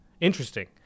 interesting